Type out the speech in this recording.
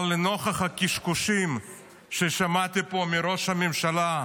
אבל לנוכח הקשקושים ששמעתי פה היום מראש הממשלה,